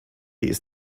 ist